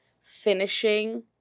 finishing